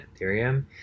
ethereum